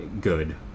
good